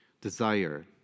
desire